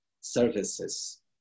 services